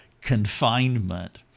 confinement